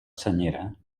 senyera